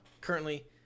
Currently